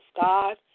God